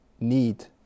need